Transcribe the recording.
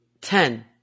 Ten